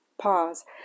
pause